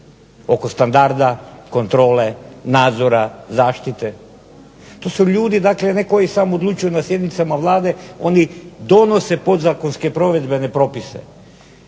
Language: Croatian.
oko standarda, kontrole, nadzora, zaštite. To su ljudi dakle ne koji samo odlučuju na sjednicama Vlade, oni donose podzakonske provedbene propise